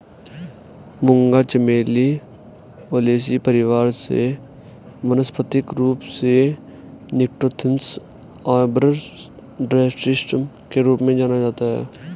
मूंगा चमेली ओलेसी परिवार से वानस्पतिक रूप से निक्टेन्थिस आर्बर ट्रिस्टिस के रूप में जाना जाता है